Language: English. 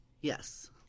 Yes